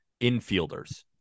Infielders